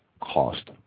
cost